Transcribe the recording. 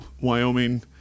Wyoming